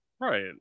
right